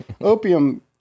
opium